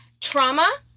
trauma